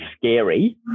scary